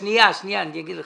אני אגיד לך.